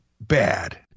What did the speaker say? bad